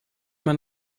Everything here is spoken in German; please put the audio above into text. man